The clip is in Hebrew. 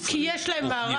המילה "עינוי".